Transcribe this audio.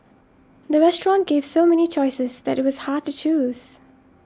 the restaurant gave so many choices that it was hard to choose